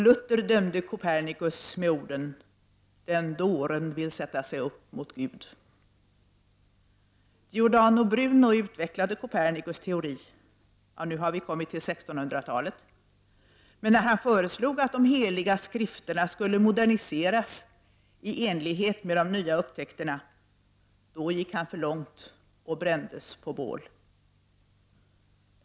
Luther dömde Copernicus med orden: ”Den dåren vill sätta sig upp mot Gud!” Giordano Bruno utvecklade Copernicus teori — nu har vi kommit till 1600 talet — men när han föreslog att de heliga skrifterna skulle moderniseras i enlighet med de nya upptäckterna, då gick han för långt och brändes på bål.